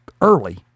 early